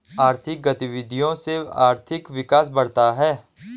आर्थिक गतविधियों से आर्थिक विकास बढ़ता है